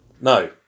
no